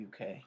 UK